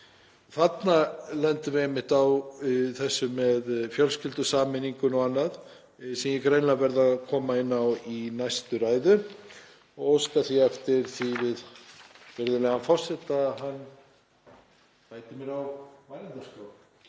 Þarna lendum við einmitt á þessu með fjölskyldusameininguna og annað sem ég verð greinilega að koma inn á í næstu ræðu. — Ég óska eftir því við virðulegan forseta að hann bæti mér á mælendaskrá.